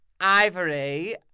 Ivory